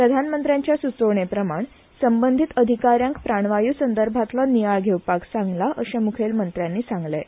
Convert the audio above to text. प्रधानमंत्र्यांच्या स्चोवणे प्रमाण संबंधीत अधिकाऱ्यांक प्राणवायू संदर्भातलो नियाळ घेवपाक सांगला अशें म्खेलमंत्र्यांनी सांगलें